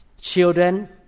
children